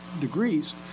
degrees